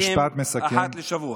שממלאים אחת לשבוע.